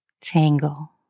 tangle